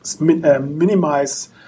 minimize